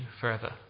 forever